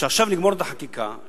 עכשיו נגמור את החקיקה,